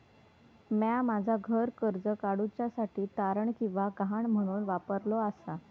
म्या माझा घर कर्ज काडुच्या साठी तारण किंवा गहाण म्हणून वापरलो आसा